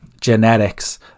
Genetics